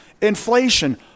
inflation